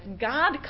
God